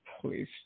Please